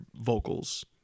vocals